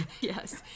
Yes